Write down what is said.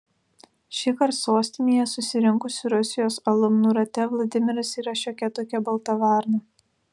šįkart sostinėje susirinkusių rusijos alumnų rate vladimiras yra šiokia tokia balta varna